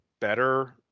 better